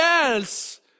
else